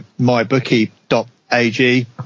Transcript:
MyBookie.ag